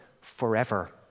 forever